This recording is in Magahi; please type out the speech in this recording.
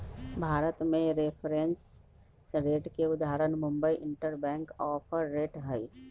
भारत में रिफरेंस रेट के उदाहरण मुंबई इंटरबैंक ऑफर रेट हइ